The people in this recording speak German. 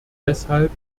deshalb